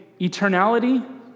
eternality